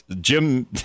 Jim